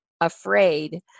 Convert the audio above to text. afraid